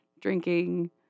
drinking